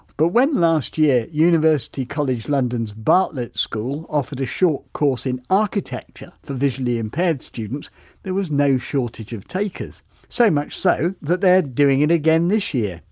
but when last year university college london's bartlett school offered a short course in architecture for visually impaired students there was no shortage of takers so much so, that their doing it again this year,